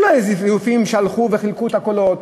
זה לא איזה זיופים שהלכו וחילקו את הקולות,